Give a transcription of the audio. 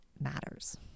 matters